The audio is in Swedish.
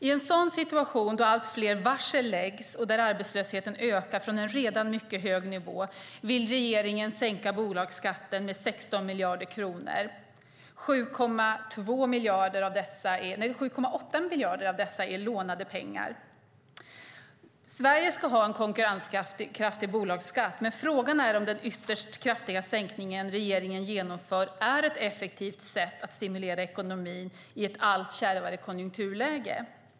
I en situation då allt fler varsel läggs och där arbetslösheten ökar från en redan mycket hög nivå vill regeringen sänka bolagsskatten med 16 miljarder kronor. 7,8 miljarder av dessa är lånade pengar. Sverige ska ha en konkurrenskraftig bolagsskatt, men frågan är om den ytterst kraftiga sänkning regeringen genomför är ett effektivt sätt att stimulera ekonomin i ett allt kärvare konjunkturläge.